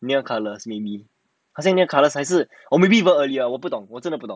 near colours maybe 很像 near colours 还是 or maybe even earlier 我不懂我真的不懂